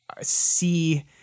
see